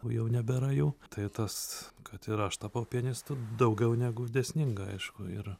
tų jau nebėra jau tai tas kad ir aš tapau pianistu daugiau negu dėsninga aišku yra